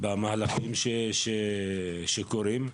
במהלכים שקורים.